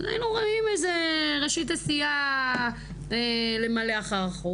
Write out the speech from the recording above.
אז היינו רואים איזו התחלה של עשייה ומילוי החוק,